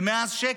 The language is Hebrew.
ומאז שקט.